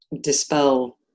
dispel